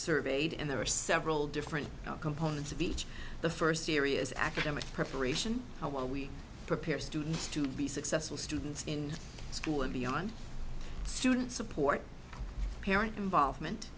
surveyed and there are several different components of each the first serious academic preparation how we prepare students to be successful students in school and beyond student support parent involvement